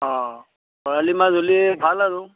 অ বৰালি মাছ হ'লে ভাল আৰু